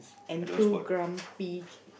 and two grumpy